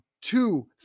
two